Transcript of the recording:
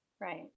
right